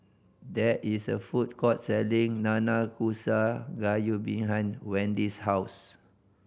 there is a food court selling Nanakusa Gayu behind Wendy's house